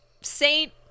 Saint